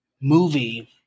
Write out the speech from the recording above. movie